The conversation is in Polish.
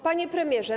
Panie Premierze!